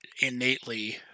innately